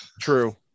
True